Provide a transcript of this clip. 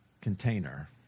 container